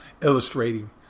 illustrating